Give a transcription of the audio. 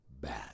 bad